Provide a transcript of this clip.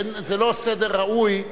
זה לא סדר ראוי,